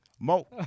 Mo